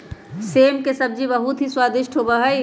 सेम के सब्जी बहुत ही स्वादिष्ट होबा हई